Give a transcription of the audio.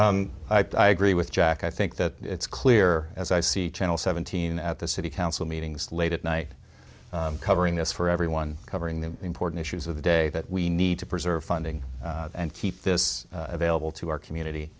you i agree with jack i think that it's clear as i see channel seventeen at the city council meetings late at night covering this for everyone covering the important issues of the day that we need to preserve funding and keep this vailable to our community